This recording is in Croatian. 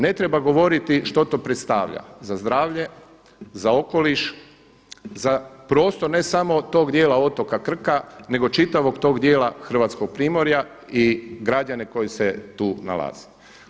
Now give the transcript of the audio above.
Ne treba govoriti što to predstavlja za zdravlje, za okoliš, za prostor ne samo tog dijela otoka Krka nego čitavog tog dijela Hrvatskog primorja i građane koji se tu nalaze.